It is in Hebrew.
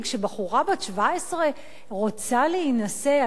כשבחורה בת 17 רוצה להינשא,